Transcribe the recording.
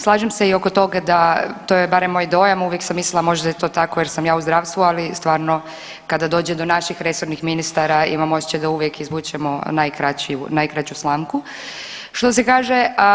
Slažem se i oko toga da to je barem moj dojam, uvijek sam mislila možda je tko tako jer sam ja u zdravstvu, ali stvarno kada dođe do naših resornih ministara imam osjećaj da uvijek izvučemo najkraću slamku što se kaže.